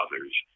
others